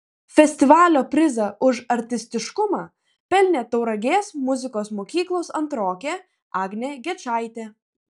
festivalio prizą už artistiškumą pelnė tauragės muzikos mokyklos antrokė agnė gečaitė